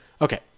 Okay